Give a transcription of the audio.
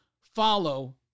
follow